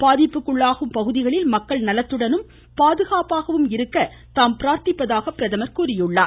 பாதிப்புக்குள்ளாகும் பகுதிகளில் மக்கள் நலத்துடனும் பாதுகாப்பாகவும் இருக்க தாம் பிரார்த்திப்பதாக பிரதமர் கூறியுள்ளார்